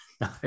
no